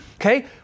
okay